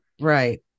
Right